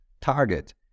target